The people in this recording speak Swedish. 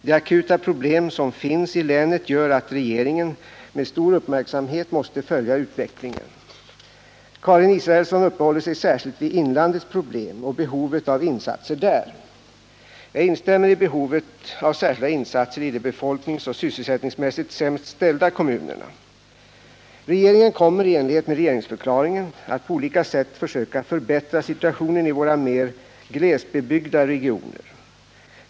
De akuta problem som finns i länet gör att regeringen med stor uppmärksamhet måste följa utvecklingen. Karin Israelsson uppehåller sig särskilt vid inlandets problem och behovet av insatser där. Jag instämmer i behovet av särskilda insatser i de befolkningsoch sysselsättningsmässigt sämst ställda kommunerna. Regeringen kommer — i enlighet med regeringsförklaringen — att på olika sätt försöka förbättra situationen i våra mer glesbebyggda regioner.